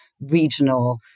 regional